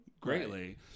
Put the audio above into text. greatly